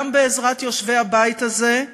גם בעזרת יושבי הבית הזה,